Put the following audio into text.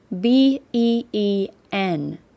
B-E-E-N